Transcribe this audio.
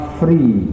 free